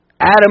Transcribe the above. Adam